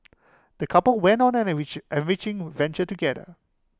the couple went on an enrich enriching adventure together